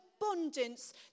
abundance